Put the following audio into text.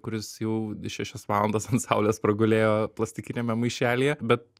kuris jau šešias valandas ant saulės pragulėjo plastikiniame maišelyje bet